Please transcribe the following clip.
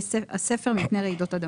חיזוק בתי הספר מפני רעידות אדמה'.